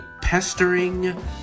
pestering